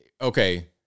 Okay